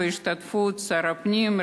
בהשתתפות שר הפנים,